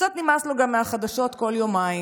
קצת נמאס לו גם מהחדשות כל יומיים,